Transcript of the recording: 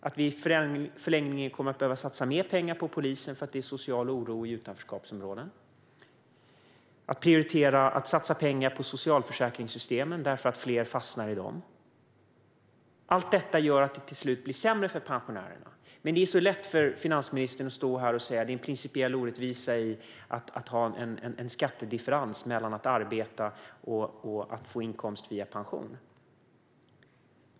I förlängningen kommer vi att behöva satsa mer pengar på polisen för att det är social oro i utanförskapsområden och prioritera att satsa pengar på socialförsäkringssystemen för att fler fastnar i dem. Allt detta gör att det till slut blir sämre för pensionärerna. Men det är lätt för finansministern att säga att det är en principiell orättvisa i att ha en skattedifferens mellan att arbeta och att få inkomst via pension.